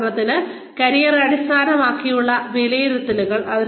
ഉദാഹരണത്തിന് കരിയർ അടിസ്ഥാനമാക്കിയുള്ള വിലയിരുത്തലുകൾ